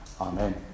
Amen